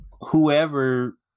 whoever